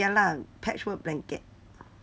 ya lah patchwork blanket